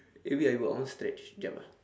eh wait ah ibu I want to stretch sekejap ah